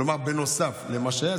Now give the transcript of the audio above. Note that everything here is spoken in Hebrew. כלומר נוסף למה שהיה,